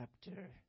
chapter